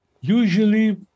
usually